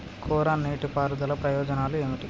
కోరా నీటి పారుదల ప్రయోజనాలు ఏమిటి?